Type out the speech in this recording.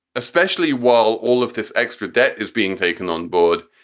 especially while all of this extra debt is being taken on board,